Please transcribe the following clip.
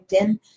LinkedIn